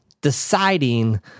deciding